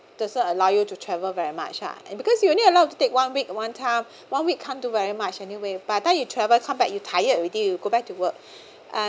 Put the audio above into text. doesn't allow you to travel very much ah and because you only allowed to take one week one time one week can't do very much anyway by the time you travel come back you tired already you go back to work uh